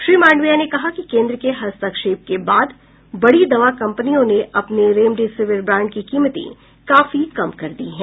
श्री मंडाविया ने कहा कि केंद्र के हस्तक्षेप के बाद बडी दवा कंपनियों ने अपने रेमडेसिविर ब्रांड की कीमतें काफी कम कर दी है